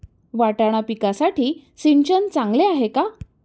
वाटाणा पिकासाठी सिंचन चांगले आहे का?